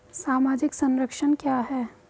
सामाजिक संरक्षण क्या है?